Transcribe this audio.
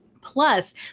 Plus